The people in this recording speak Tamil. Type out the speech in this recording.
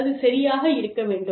அது சரியாக இருக்க வேண்டும்